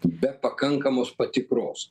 be pakankamos patikros